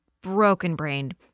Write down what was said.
broken-brained